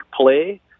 play